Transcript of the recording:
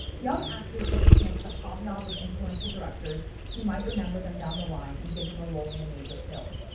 young actors get the chance to hobnob with influential directors who might remember them down the line and give them a role in a major film.